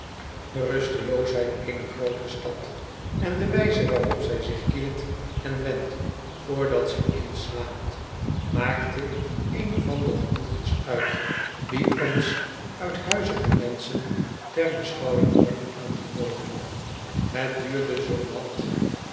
de rusteloosheid eener groote stad en de wijze waarop zij zich keert en wendt voordat ze inslaapt maakte een van de genoegens uit die ons uithuizige menschen ter beschouwing worden aangeboden het duurde zoo wat